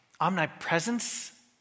omnipresence